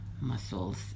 muscles